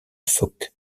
phoques